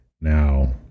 now